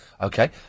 okay